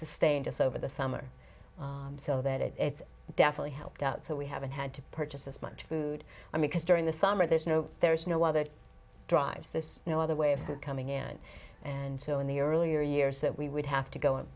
sustained us over the summer so that it's definitely helped out so we haven't had to purchase as much food i mean because during the summer there's no there is no other drives this no other way of coming in and so in the earlier years that we would have to go and